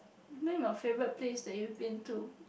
name a favourite place that you've been to